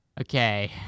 Okay